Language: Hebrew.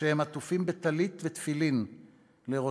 כשהם עטופים בטלית ותפילין לראשם,